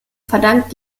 verdankt